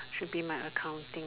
should be my accounting